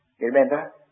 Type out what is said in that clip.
remember